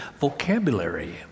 vocabulary